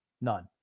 None